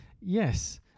yes